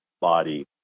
body